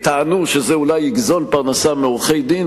טענו שזה אולי יגזול פרנסה מעורכי-דין